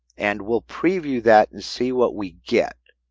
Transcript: and we'll preview that and see what we get.